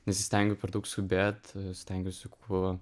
nesistengiu per daug skubėt stengiuosi kuo